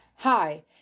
Hi